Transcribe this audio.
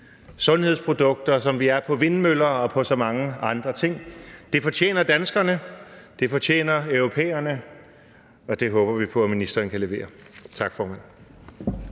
sundhedsprodukter, som vi er på vindmøller og på så mange andre ting. Det fortjener danskerne, det fortjener europæerne, og det håber vi på ministeren kan levere. Tak, formand.